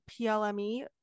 PLME